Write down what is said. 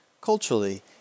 Culturally